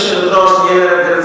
גברתי היושבת-ראש,